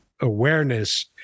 awareness